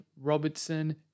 Robertson